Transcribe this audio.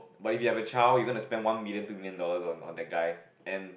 but if you have a child you gonna spend one million two million dollars on on that guy and